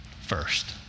first